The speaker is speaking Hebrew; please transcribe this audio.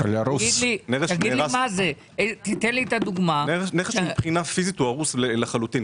נכס שמבחינה פיזית הוא הרוס לחלוטין.